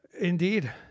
Indeed